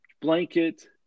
blanket